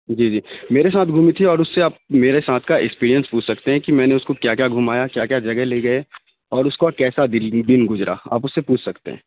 جی جی میرے ساتھ گھومی تھی اور اس سے آپ میرے ساتھ کا ایکسپیریئنس پوچھ سکتے ہیں کہ میں نے اس کو کیا کیا گھمایا کیا کیا جگہ لے گئے اور اس کو کیسا دل دن گزرا آپ اس سے پوچھ سکتے ہیں